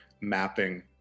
mapping